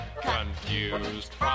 confused